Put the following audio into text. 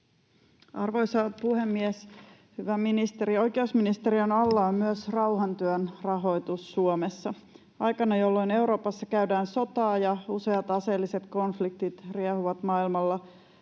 Arvoisa puhemies! Hyvä ministeri! Oikeusministeriön alla on myös rauhantyön rahoitus Suomessa. Aikana, jolloin Euroopassa käydään sotaa ja useat aseelliset konfliktit riehuvat maailmalla,